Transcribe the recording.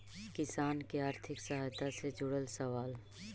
किसान के आर्थिक सहायता से जुड़ल सवाल?